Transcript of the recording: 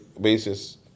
basis